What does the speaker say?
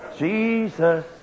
Jesus